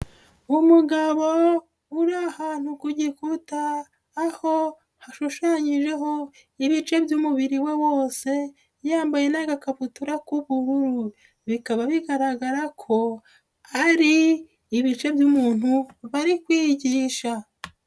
Umugabo uri ahantu ku gikuta aho hashushanyijeho ibice by'umubiri we wose yambaye n'agakabutura k'ubururu, bikaba bigaragara ko hari ibice by'umuntu bari kwigisha.